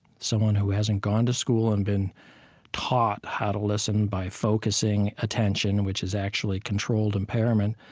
someone who hasn't gone to school and been taught how to listen by focusing attention, which is actually controlled impairment,